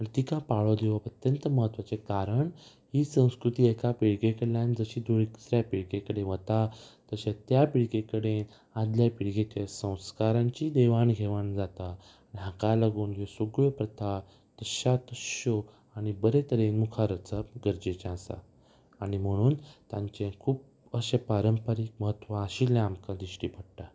आनी तिका पाळो दिवप अत्यंत म्हत्वाचें कारण ही संस्कृती एका पिळगे कडल्यान जशी दुसऱ्या पिळगे कडेन वता तशें त्या पिळगे कडेन आदल्या पिळगेच्या संस्कारांची देवान घेवाण जाता हाका लागून ह्यो सगळ्यो प्रथा तश्या तश्यो आनी बरें तरेन मुखार वचप गरजेचें आसा आनी म्हणून तांचे खूब अशें पारंपारीक म्हत्व आशिल्लें आमकां दिश्टी पडटा